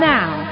Now